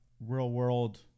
real-world